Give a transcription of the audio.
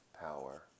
power